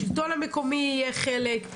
השלטון המקומי יהיה חלק,